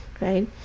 right